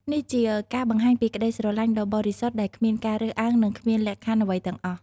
នេះជាការបង្ហាញពីក្តីស្រឡាញ់ដ៏បរិសុទ្ធដែលគ្មានការរើសអើងនិងគ្មានលក្ខខណ្ឌអ្វីទាំងអស់។